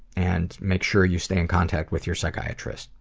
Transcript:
and make sure you stay in contact with your psychiatrist.